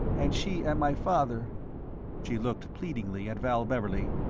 and she and my father she looked pleadingly at val beverley.